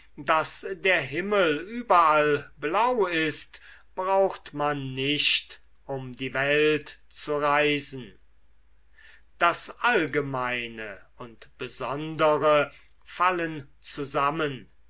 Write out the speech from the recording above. daß der himmel überall blau ist braucht man nicht um die welt zu reisen das allgemeine und besondere fallen zusammen